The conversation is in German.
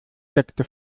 steckte